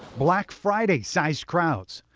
black friday size crowds,